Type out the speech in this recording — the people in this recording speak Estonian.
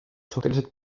suhteliselt